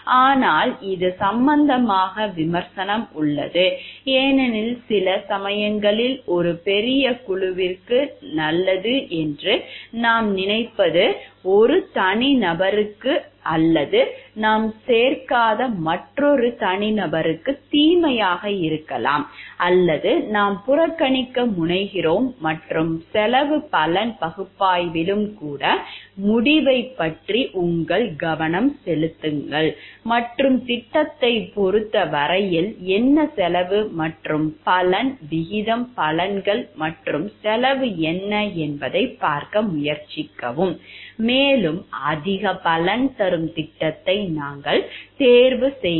ஆனால் இது சம்பந்தமாக விமர்சனம் உள்ளது ஏனெனில் சில சமயங்களில் ஒரு பெரிய குழுவிற்கு நல்லது என்று நாம் நினைப்பது ஒரு தனிநபருக்கு அல்லது நாம் சேர்க்காத மற்றொரு தனிநபருக்கு தீமையாக இருக்கலாம் அல்லது நாம் புறக்கணிக்க முனைகிறோம் மற்றும் செலவு பலன் பகுப்பாய்விலும் கூட முடிவைப் பற்றி உங்கள் கவனம் செலுத்துங்கள் மற்றும் திட்டத்தைப் பொறுத்த வரையில் என்ன செலவு மற்றும் பலன் விகித பலன்கள் மற்றும் செலவு என்ன என்பதைப் பார்க்க முயற்சிக்கவும் மேலும் அதிக பயன் தரும் திட்டத்தை நாங்கள் தேர்வு செய்கிறோம்